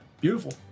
beautiful